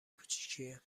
کوچیکیه